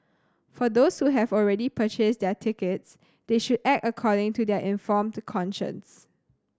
for those who have already purchased their tickets they should act according to their informed conscience